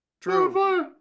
true